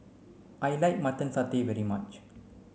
I like mutton satay very much